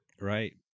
Right